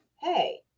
hey